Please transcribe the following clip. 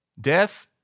Death